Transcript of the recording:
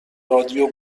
رادیو